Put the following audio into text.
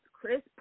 Chris